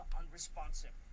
unresponsive